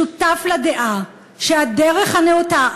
שותף לדעה שהדרך הנאותה,